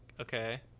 Okay